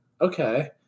okay